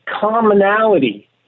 commonality